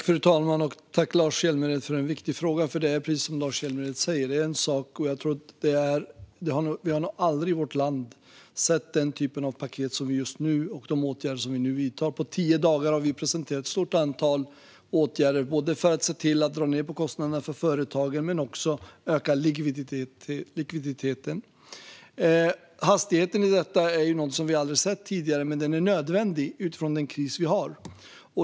Fru talman! Jag tackar Lars Hjälmered för en viktig fråga. Det är precis som han säger, nämligen att vi nog aldrig i vårt land sett den typ av paket och åtgärder som vi nu vidtar. På tio dagar har vi presenterat ett stort antal åtgärder både för att se till att dra ned på kostnaderna för företagen och för att öka likviditeten. Hastigheten i detta har vi tidigare aldrig sett, men den är nödvändig utifrån den kris som vi har.